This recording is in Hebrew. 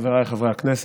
חבריי חברי הכנסת,